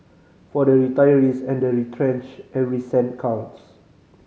for the retirees and the retrenched every cent counts